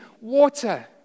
water